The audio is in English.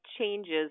changes